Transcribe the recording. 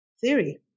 theory